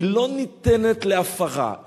היא לא ניתנת להפרה,